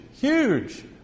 huge